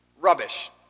Rubbish